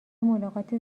ملاقات